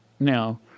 Now